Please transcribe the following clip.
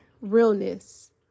Realness